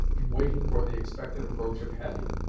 in waiting for the expected approach of hetty,